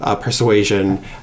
Persuasion